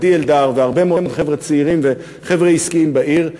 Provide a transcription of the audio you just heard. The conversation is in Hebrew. עדי אלדר והרבה מאוד חבר'ה צעירים וחבר'ה עסקיים בעיר,